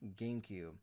GameCube